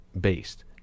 based